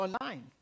online